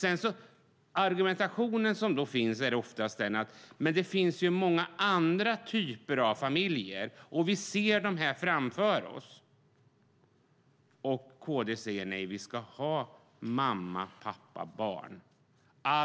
Den argumentationen som används är oftast att det finns många andra typer av familjer, och vi ser dem framför oss. Men KD säger nej, vi ska ha mamma-pappa-barn.